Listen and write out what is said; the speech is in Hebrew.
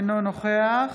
אינו נוכח